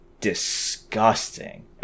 disgusting